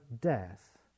death